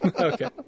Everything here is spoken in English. Okay